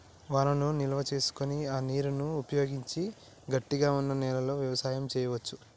వానను నిల్వ చేసుకొని ఆ నీరును ఉపయోగించి గట్టిగ వున్నా నెలలో వ్యవసాయం చెయ్యవచు